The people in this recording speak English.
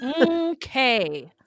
Okay